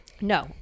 No